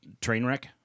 Trainwreck